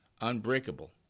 unbreakable